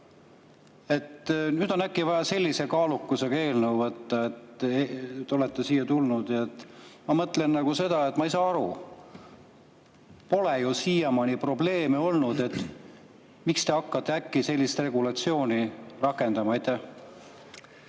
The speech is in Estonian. Nüüd on äkki vaja sellise kaalukusega eelnõu ette võtta, te olete sellega siia tulnud ju. Ma mõtlen seda, et ma ei saa aru: pole ju siiamaani probleeme olnud. Miks te hakkate äkki sellist regulatsiooni rakendama? Aitäh,